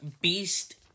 Beast